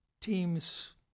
teams